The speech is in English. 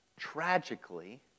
Tragically